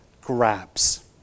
grabs